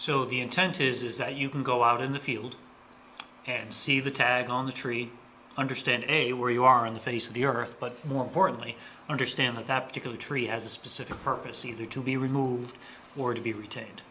the intent is that you can go out in the field and see the tag on the tree understand a word you are on the face of the earth but more importantly understand that that particular tree has a specific purpose either to be removed or to be retained